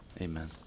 amen